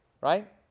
Right